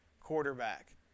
quarterback